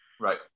Right